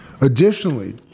Additionally